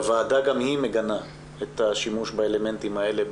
הוועדה גם היא מגנה את השימוש באלמנטים האלה,